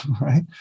right